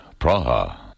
Praha